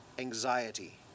anxiety